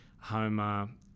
Homer